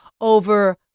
over